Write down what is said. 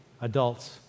adults